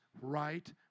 right